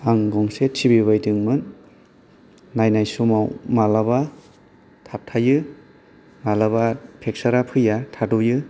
आं गंसे टिबि बायदोंमोन नायनाय समाव मालाबा थाबथायो मालाबा पिकसारा फैया थाद'यो